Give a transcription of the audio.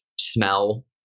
smell